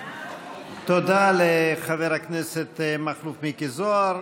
תודה לחבר הכנסת מכלוף מיקי זוהר,